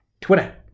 Twitter